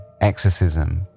exorcism